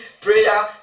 prayer